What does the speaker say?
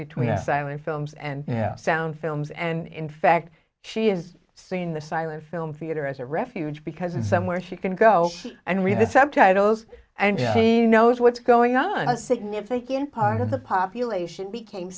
between silent films and yeah sound films and in fact she has seen the silent film feature as a refuge because in somewhere she can go and read the subtitles and she knows what's going on a significant part of the population became